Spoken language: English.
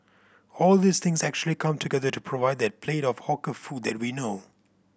all these things actually come together to provide that plate of hawker food that we know